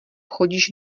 chodíš